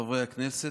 חברי הכנסת,